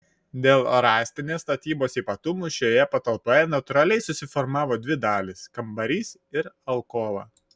dėl rąstinės statybos ypatumų šioje patalpoje natūraliai susiformavo dvi dalys kambarys ir alkova